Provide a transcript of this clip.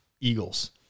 Eagles